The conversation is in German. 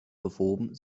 gewoben